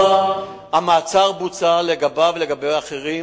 המעצר בוצע לגביו ולגבי אחרים,